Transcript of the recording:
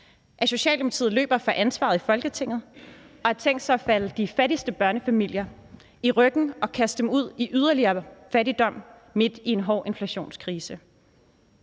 at Socialdemokratiet løber fra ansvaret i Folketinget og har tænkt sig at falde de fattigste børnefamilier i ryggen og kaste dem ud i yderligere fattigdom midt i en hård inflationskrise.